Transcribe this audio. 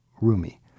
Rumi